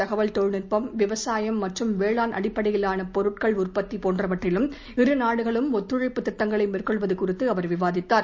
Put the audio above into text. தகவல் தொழில்நுட்பம் விவசாயம் மற்றும் வேளாண் அடிப்படையிலாள பொருட்கள் உற்பத்தி போன்றவற்றிலும் இரு நாடுகளும் ஒத்துழைப்பு திட்டங்களை மேற்கொள்வது குறித்து அவர் விவாதித்தார்